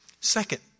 Second